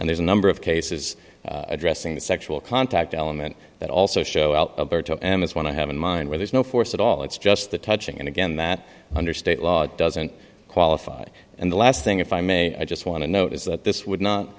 and there's a number of cases addressing the sexual contact element that also show out to emma's want to have in mind where there's no force at all it's just the touching and again that under state law doesn't qualify and the last thing if i may i just want to note is that this would not